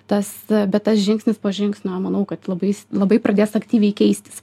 tas bet tas žingsnis po žingsnio manau kad labai labai pradės aktyviai keistis